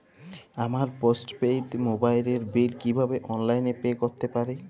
আমার postpaid মোবাইলের bill কীভাবে অনলাইনে পে করতে পারি?